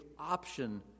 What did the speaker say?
option